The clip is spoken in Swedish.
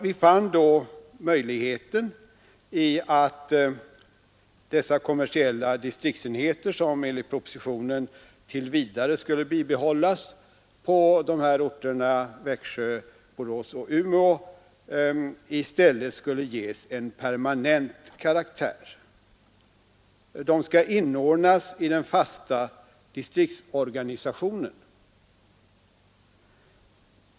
Vi fann den möjligheten i att dessa kommersiella distriktsenheter, som enligt propositionen tills vidare skulle bibehållas i Växjö, Borås och Umeå, i stället skulle ges en permanent karaktär. De skall inordnas i den fasta distriktsorganisationen.